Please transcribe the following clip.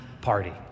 party